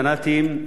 פנאטיים,